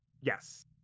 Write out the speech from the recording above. Yes